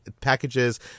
packages